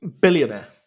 billionaire